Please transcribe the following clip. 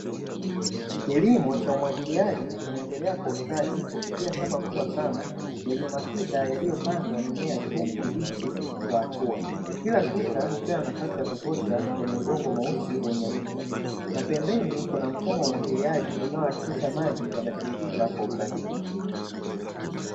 Kilimo cha umwagiliaji kinaendelea kwa ustadi kupitia shamba kubwa sana lenye matuta yalio pandwa mimea ya kijani kibichi kwa hatua, kila tuta likiwa na nafasi ya kutosha kwenye udongo mweusi yenye rutuba; na pembeni kuna mfumo wa umwagiliaji unaohakikisha maji yanayotumika kwa usahihi.